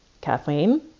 Kathleen